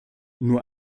nur